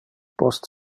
post